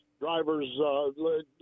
drivers